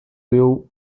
deu